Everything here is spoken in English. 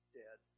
dead